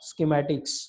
Schematics